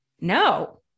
no